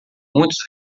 muitos